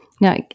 Now